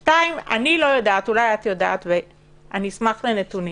שתיים, אני לא יודעת ואשמח לנתונים